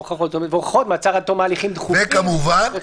הוכחות, מעצר עד תום הליכים דחופים וכן הלאה.